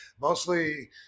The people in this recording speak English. mostly